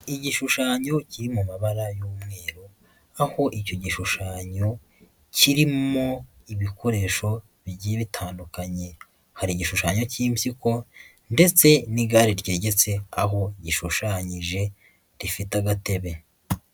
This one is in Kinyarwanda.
Igishushanyo kiri mu mabara y'umweru, aho icyo gishushanyo kirimo ibikoresho bigiye bitandukanye. Hari igishushanyo cy'impyiko, ndetse n'igare ryegetse aho gishushanyije rifite agatebe.